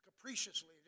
capriciously